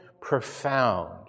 profound